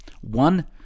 One